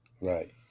right